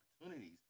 opportunities